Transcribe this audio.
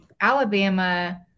Alabama